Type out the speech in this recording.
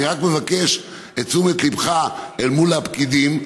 אני רק מבקש את תשומת ליבך מול הפקידים,